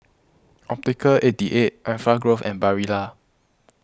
Optical eighty eight Enfagrow and Barilla